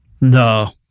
No